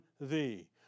thee